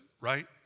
right